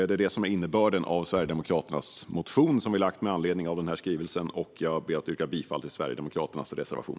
Detta är innebörden av Sverigedemokraternas motion med anledning av skrivelsen, och jag yrkar bifall till Sverigedemokraternas reservation.